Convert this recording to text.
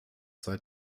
seit